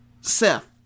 Seth